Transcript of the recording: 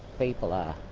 people are.